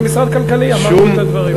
זה משרד כלכלי, אמרנו את הדברים.